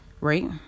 right